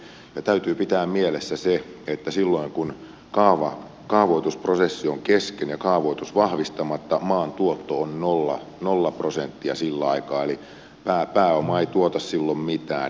ja täytyy pitää mielessä se että silloin kun kaavoitusprosessi on kesken ja kaavoitus vahvistamatta maan tuotto on nolla prosenttia sillä aikaa eli pääoma ei tuota silloin mitään